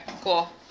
cool